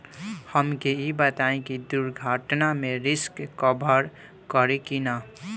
हमके ई बताईं दुर्घटना में रिस्क कभर करी कि ना?